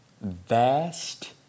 vast